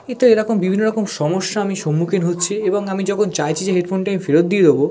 ইত্যাদি এরকম বিভিন্ন রকম সমস্যা আমি সম্মুখীন হচ্ছি এবং আমি যখন চাইছি যে হেডফোনটা আমি ফেরত দিয়ে দেবো